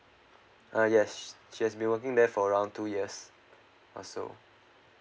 uh yes she has been working there for around two years ah so